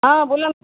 हां बोला